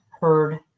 heard